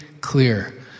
clear